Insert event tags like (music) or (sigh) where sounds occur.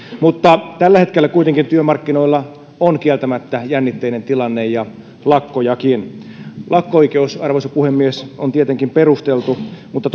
mutta tällä hetkellä kuitenkin työmarkkinoilla on kieltämättä jännitteinen tilanne ja lakkojakin lakko oikeus arvoisa puhemies on tietenkin perusteltu mutta (unintelligible)